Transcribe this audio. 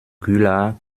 güllar